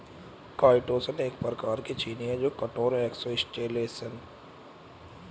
chitosan एक प्रकार की चीनी है जो कठोर एक्सोस्केलेटन से प्राप्त की जाती है